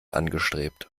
angestrebt